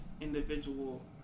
individual